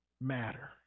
matter